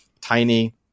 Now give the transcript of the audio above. tiny